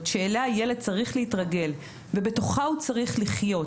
שאליה הילד צריך להתרגל ובתוכה הוא צריך לחיות,